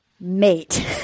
Mate